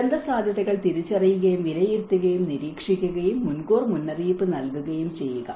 ദുരന്തസാധ്യതകൾ തിരിച്ചറിയുകയും വിലയിരുത്തുകയും നിരീക്ഷിക്കുകയും മുൻകൂർ മുന്നറിയിപ്പ് നൽകുകയും ചെയ്യുക